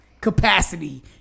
capacity